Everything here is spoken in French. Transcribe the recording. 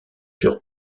sur